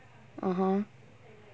(uh huh)